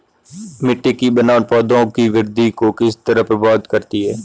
मिटटी की बनावट पौधों की वृद्धि को किस तरह प्रभावित करती है?